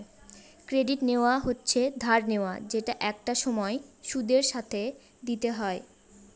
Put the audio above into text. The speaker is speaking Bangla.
ক্রেডিট নেওয়া হচ্ছে ধার নেওয়া যেটা একটা সময় সুদের সাথে দিতে হয়